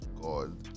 God